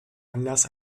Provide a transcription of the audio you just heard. anlass